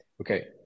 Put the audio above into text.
okay